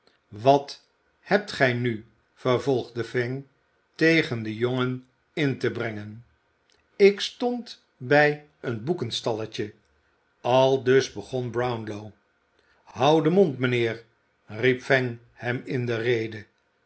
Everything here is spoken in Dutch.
wat hebt gij nu vervolgde fang tegen den jongen in te brengen ik stond bij een boekenstalletje aldus begon brownlow houd den mond mijnheer viel fang hem in de rede